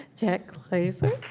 jack glaser.